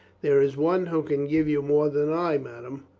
there is one who can give you more than i, madame.